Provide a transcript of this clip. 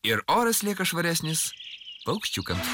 ir oras lieka švaresnis paukščiukams